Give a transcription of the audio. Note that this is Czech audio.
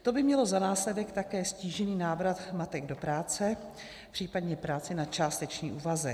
To by mělo za následek také ztížený návrat matek do práce, případně práci na částečný úvazek.